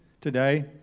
today